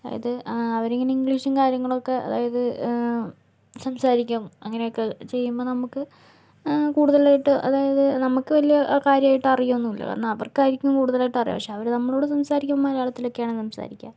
ഇത് അവരിങ്ങനെ ഇംഗ്ലീഷും കാര്യങ്ങളൊക്കെ അതായത് സംസാരിക്കും അങ്ങനേക്കെ ചെയ്യുമ്പോൾ നമുക്ക് കൂടുതലായിട്ട് അതായത് നമുക്ക് വലിയ കാര്യായിട്ട് അറിയുകയൊന്നും ഇല്ല എന്നാൽ അവർക്കായിരിക്കും കൂടുതലായിട്ടറിയ പക്ഷെ അവര് നമ്മളോട് സംസാരിക്കുമ്പോൾ മലയാളത്തിലൊക്കെയാണ് സംസാരിക്കുക